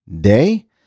Day